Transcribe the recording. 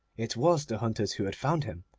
it was the hunters who had found him,